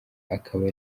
akaba